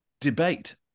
debate